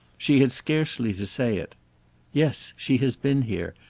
she had scarcely to say it yes, she has been here,